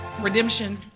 Redemption